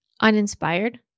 uninspired